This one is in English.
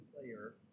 player